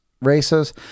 races